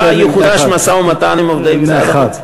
יחודש המשא-ומתן עם עובדי משרד החוץ.